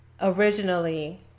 originally